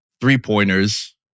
three-pointers